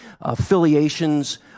affiliations